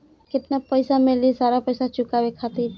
केतना समय मिली सारा पेईसा चुकाने खातिर?